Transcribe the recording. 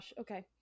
Okay